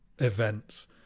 events